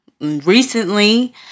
recently